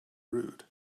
rude